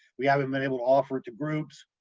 we haven't been able to offer it to groups,